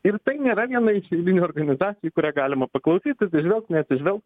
ir tai nėra viena iš eilinių organizacijų į kurią galima paklausyt atsižvelgt neatsižvelgt